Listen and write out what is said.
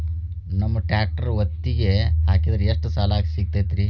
ನಮ್ಮ ಟ್ರ್ಯಾಕ್ಟರ್ ಒತ್ತಿಗೆ ಹಾಕಿದ್ರ ಎಷ್ಟ ಸಾಲ ಸಿಗತೈತ್ರಿ?